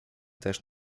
też